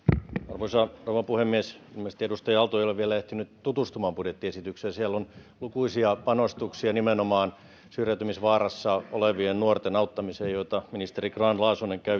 arvoisa rouva puhemies ilmeisesti edustaja aalto ei ole vielä ehtinyt tutustumaan budjettiesitykseen siellä on lukuisia panostuksia nimenomaan syrjäytymisvaarassa olevien nuorten auttamiseen joita ministeri grahn laasonen